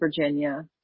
Virginia